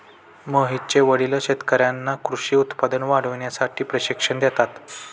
मोहितचे वडील शेतकर्यांना कृषी उत्पादन वाढवण्यासाठी प्रशिक्षण देतात